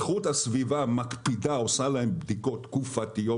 איכות הסביבה עושה בדיקות תקופתיות